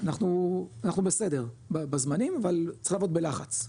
אנחנו בסדר בזמנים, אבל צריך לעבוד בלחץ.